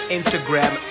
Instagram